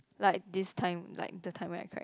like this time like the time right side